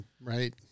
right